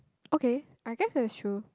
okay I guess that is true